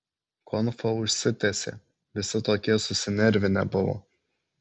konfa užsitęsė visi tokie susinervinę buvo